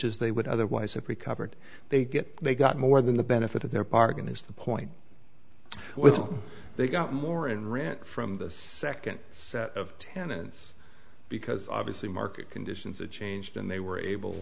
s they would otherwise have recovered they get they got more than the benefit of their parking is the point with they got more and rent from the second set of tenants because obviously market conditions are changed and they were able